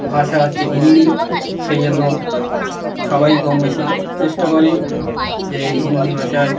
ভাষা হচ্ছে হিন্দি সেই জন্য সবাই কম বেশি চেষ্টা করি যে এই হিন্দি ভাষায়